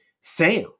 Sam